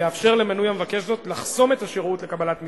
יאפשר למנוי המבקש זאת לחסום את השירות לקבלת מסרון,